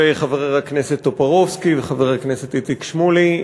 וחבר הכנסת טופורובסקי וחבר הכנסת איציק שמולי.